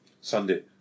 Sunday